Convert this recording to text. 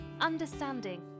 understanding